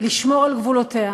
לשמור על גבולותיה.